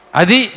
adi